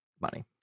money